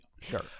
sure